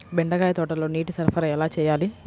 బెండకాయ తోటలో నీటి సరఫరా ఎలా చేయాలి?